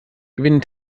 gewinnen